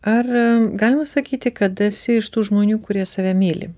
ar galima sakyti kad esi iš tų žmonių kurie save myli